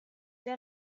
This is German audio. der